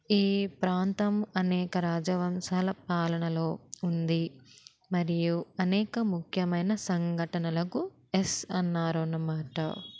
ఈ ప్రాంతం అనేక రాజవంశాల పాలనలో ఉంది మరియు అనేక ముఖ్యమైన సంఘటనలకు ఎస్ అన్నారు అన్నమాట